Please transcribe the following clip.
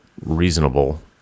reasonable